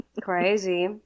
Crazy